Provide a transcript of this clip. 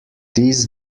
this